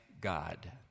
God